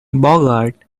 bogart